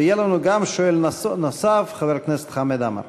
ויהיה לנו גם שואל נוסף, חבר הכנסת חמד עמאר.